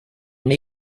may